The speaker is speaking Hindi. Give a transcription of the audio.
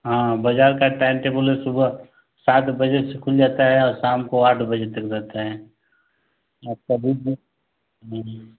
हाँ बाजार का टाइम टेबुल है सुबह सात बजे से खुल जाता है और शाम को आठ बजे तक रहता है आप काभी भी आइए